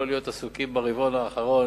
לא להיות עסוקים ברבעון האחרון,